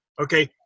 okay